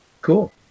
Cool